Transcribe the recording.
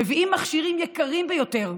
מביאים מכשירים יקרים ביותר,